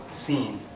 scene